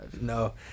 No